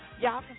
Y'all